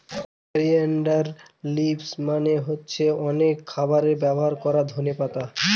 coriander leaves মানে হচ্ছে অনেক খাবারে ব্যবহার করা ধনে পাতা